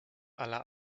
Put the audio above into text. aller